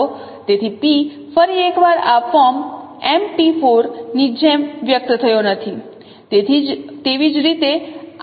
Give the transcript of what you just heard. તેથી P ફરી એકવાર આ ફોર્મ M p4 ની જેમ વ્યક્ત થયો નથી તેવી જ રીતે આ મેટ્રિક્સ M' છે